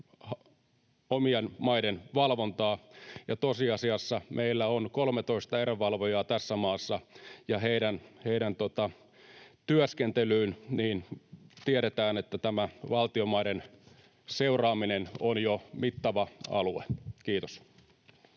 omien maiden valvontaa. Tosiasiassa meillä on 13 erävalvojaa tässä maassa, ja heidän työskentelystään tiedetään, että tämä valtion maiden seuraaminen on jo mittava alue. — Kiitos.